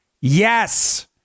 yes